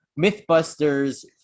Mythbusters